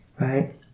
right